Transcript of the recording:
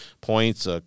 points